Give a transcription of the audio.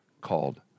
called